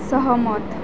सहमत